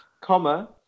comma